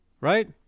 right